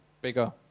bigger